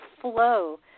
flow